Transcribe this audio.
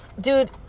dude